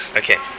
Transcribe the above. okay